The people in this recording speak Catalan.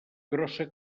grossa